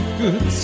good